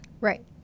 Right